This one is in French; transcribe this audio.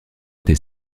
était